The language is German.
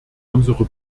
unsere